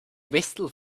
whistle